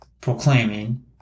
proclaiming